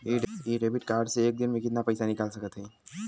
इ debit card से एक दिन मे कितना पैसा निकाल सकत हई?